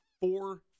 four